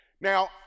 Now